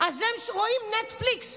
אז הם רואים נטפליקס